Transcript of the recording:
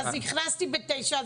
הכנסתי ב-09:00,